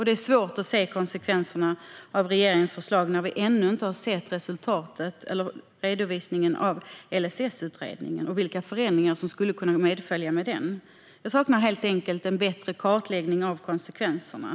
Det är svårt att se konsekvenserna av regeringens förslag när vi ännu inte har sett resultatet eller redovisningen av LSS-utredningen och vilka förändringar som kan följa av den. Jag saknar helt enkelt en bättre kartläggning av konsekvenserna.